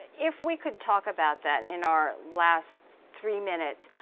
if we could talk about that in our last three minutes.